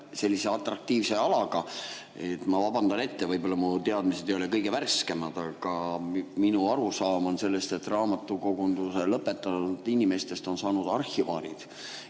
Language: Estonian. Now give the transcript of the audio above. sellise atraktiivse alaga. Ma vabandan ette, võib-olla mu teadmised ei ole kõige värskemad, aga minu arusaam sellest on, et raamatukogunduse lõpetanud inimestest on saanud arhivaarid.